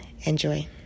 Enjoy